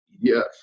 Yes